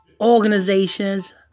organization's